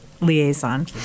liaison